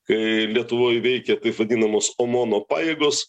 kai lietuvoj veikė taip vadinamos omono pajėgos